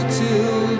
till